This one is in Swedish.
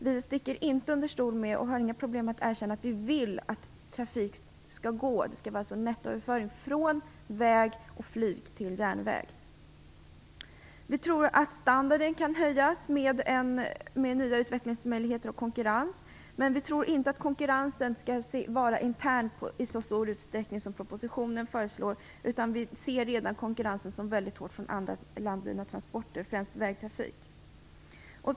Vi sticker inte under stol med och vi har inga problem med att erkänna att vi vill att det skall gå trafik - det skall alltså ske en nettoöverföring - från väg och flyg till järnväg. Vi tror att standarden kan höjas genom nya utvecklingsmöjligheter och konkurrens. Men vi tror inte att konkurrensen skall vara intern i så stor utsträckning som propositionen föreslår. Vi kan redan se en hård konkurrens från andra landburna transporter, främst från vägtrafik.